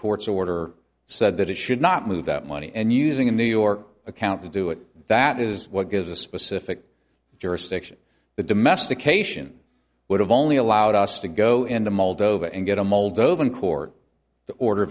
court's order said that it should not move that money and using the new york account to do it that is what gives a specific jurisdiction the domestication would have only allowed us to go into moldova and get a moldovan court order